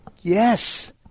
yes